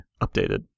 updated